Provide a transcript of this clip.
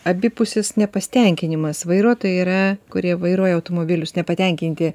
abipusis nepasitenkinimas vairuotojai yra kurie vairuoja automobilius nepatenkinti